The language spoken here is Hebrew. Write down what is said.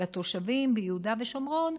לתושבים ביהודה ושומרון,